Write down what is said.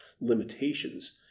limitations